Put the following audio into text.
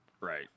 Right